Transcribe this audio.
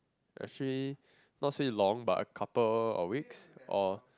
actually not say long but a couple of weeks or